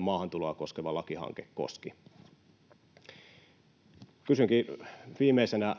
maahantuloa koskeva lakihanke koskivat. Kysynkin viimeisenä